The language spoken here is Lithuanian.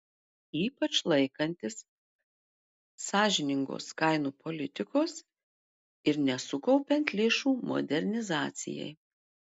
ypač laikantis sąžiningos kainų politikos ir nesukaupiant lėšų modernizacijai